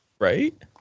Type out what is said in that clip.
Right